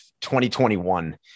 2021